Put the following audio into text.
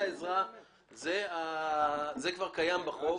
זה כבר קיים בחוק.